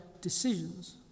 decisions